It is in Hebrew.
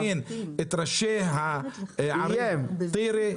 -- ולהזמין את ראשי הערים טירה,